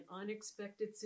unexpected